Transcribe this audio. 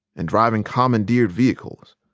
and driving commandeered vehicles.